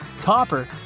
copper